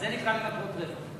אז זה נקרא למטרות רווח.